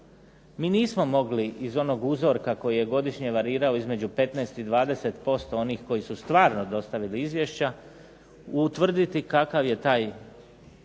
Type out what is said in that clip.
Mi nismo mogli iz onog uzorka koji je godišnje varirao između 15 i 20% onih koji su stvarno dostavili izvješća utvrditi kakav je taj